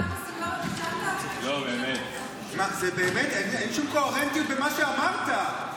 באמת, אין שום קוהרנטיות במה שאמרת.